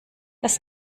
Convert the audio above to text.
das